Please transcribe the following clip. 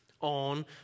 on